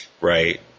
right